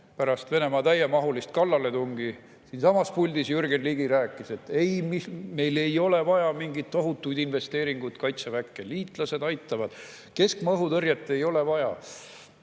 pärast Venemaa täiemahulist kallaletungi siinsamas puldis Jürgen Ligi rääkis, et ei, meil ei ole vaja mingeid tohutuid investeeringuid Kaitseväkke, liitlased aitavad, keskmaa õhutõrjet ei ole vaja.